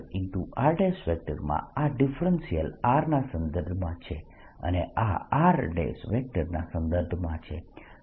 Jr માં આ differential r ના સંદર્ભમાં છે અને આ r ના સંદર્ભમાં છે